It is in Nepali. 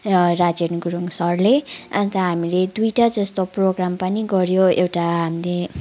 राजेन गुरूङ सरले अन्त हामीले दुईवटा जस्तो प्रोगाम पनि गऱ्यो एउटा हामीले